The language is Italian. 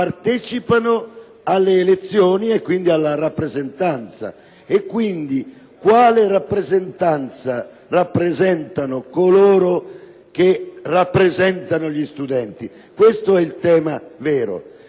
partecipa alle elezioni e quindi alla rappresentanza. E quindi, quale rappresentanza rappresentano coloro che rappresentano gli studenti? Questo è il tema vero.